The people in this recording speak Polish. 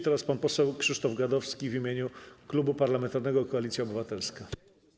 Teraz pan poseł Krzysztof Gadowski w imieniu Klubu Parlamentarnego Koalicja Obywatelska.